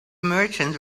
merchants